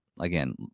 again